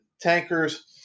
tankers